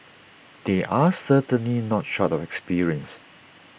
they are certainly not short of experience